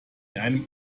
einem